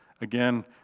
again